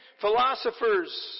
philosophers